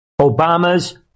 Obama's